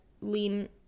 lean